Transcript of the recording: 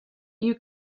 you